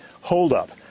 holdup